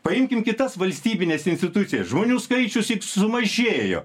paimkim kitas valstybines institucijas žmonių skaičius sumažėjo